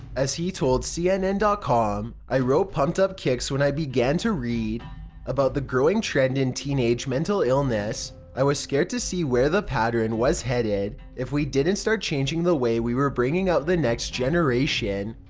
as he told cnn and com, i wrote pumped up kicks when i began to read about growing trend in teenage mental illness i was scared to see where the pattern was headed if we didn't start changing the way we were bringing up the next generation.